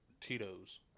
Tito's